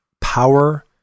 power